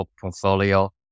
portfolio